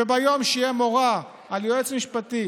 וביום שיהיה מורא על יועץ משפטי